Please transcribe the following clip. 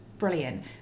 brilliant